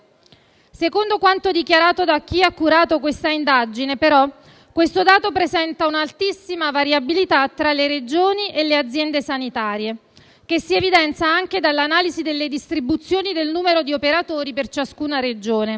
Secondo quanto dichiarato da chi ha curato questa indagine, questo dato presenta però un'altissima variabilità tra le Regioni e tra le aziende sanitarie, che si evidenzia anche dall'analisi delle distribuzioni del numero di operatori per ciascuna Regione;